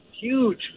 huge